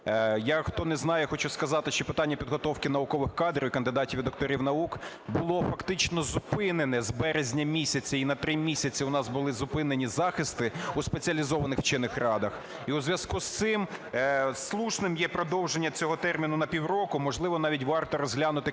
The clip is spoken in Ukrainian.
Я, хто не знає, хочу сказати, що питання підготовки наукових кадрів і кандидатів, і докторів наук було фактично зупинене з березня місяця, і на 3 місяці у нас були зупинені захисти у спеціалізованих вчених радах. І у зв'язку з цим слушним є продовження цього терміну на півроку, можливо, навіть варто розглянути